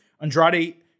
Andrade